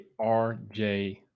RJ